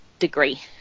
degree